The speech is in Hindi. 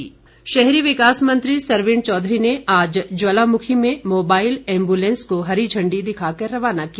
सरवीण चौघरी शहरी विकास मंत्री सरवीण चौधरी ने आज ज्वालामुखी में मोबाईल एम्बूलैंस को हरी झंडी दिखाकर रवाना किया